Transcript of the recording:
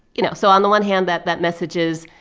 you know, so on the one hand, that that message is,